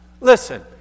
Listen